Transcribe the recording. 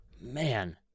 Man